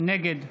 נגד